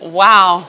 wow